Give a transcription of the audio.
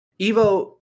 evo